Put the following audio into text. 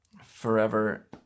Forever